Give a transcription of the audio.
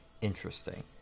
interesting